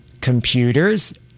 computers